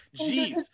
Jeez